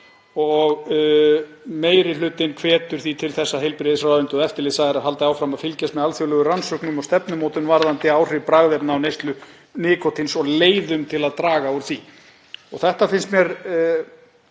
Meiri hlutinn hvetur til þess að heilbrigðisráðuneytið og eftirlitsaðilar haldi áfram að fylgjast með alþjóðlegum rannsóknum og stefnumótun varðandi áhrif bragðefna á neyslu nikótíns og leiðum til að draga úr því.“ Þetta finnst mér